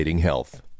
health